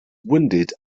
wounded